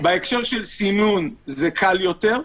בהקשר של סינון זה קל יותר,